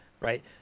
right